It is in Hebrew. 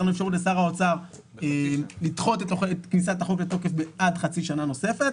נתנו אפשרות לשר האוצר לדחות את כניסת החוק לתוקף עד חצי שנה נוספת.